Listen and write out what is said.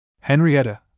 Henrietta